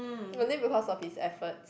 only because of his effort